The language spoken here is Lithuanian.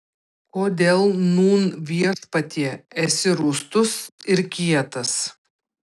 kodėl nūn viešpatie esi rūstus ir kietas